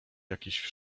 jakiś